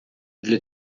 для